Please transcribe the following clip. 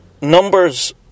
numbers